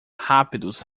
rápidos